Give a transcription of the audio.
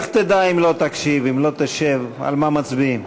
איך תדע אם לא תקשיב, אם לא תשב,